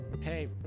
hey